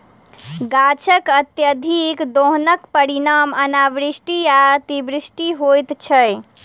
गाछकअत्यधिक दोहनक परिणाम अनावृष्टि आ अतिवृष्टि होइत छै